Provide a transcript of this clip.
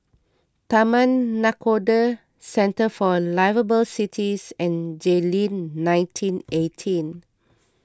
Taman Nakhoda Centre for Liveable Cities and Jayleen nineteen eighteen